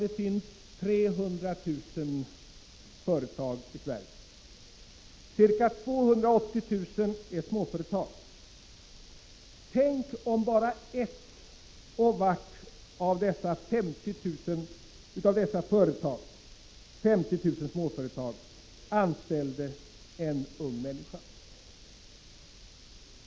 Det finns 300 000 företag i Sverige. Ca 280 000 av dem är småföretag. Tänk om bara vart och ett av 50 000 småföretag anställde en ung människa!